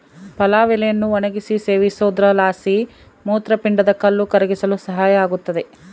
ಪಲಾವ್ ಎಲೆಯನ್ನು ಒಣಗಿಸಿ ಸೇವಿಸೋದ್ರಲಾಸಿ ಮೂತ್ರಪಿಂಡದ ಕಲ್ಲು ಕರಗಿಸಲು ಸಹಾಯ ಆಗುತ್ತದೆ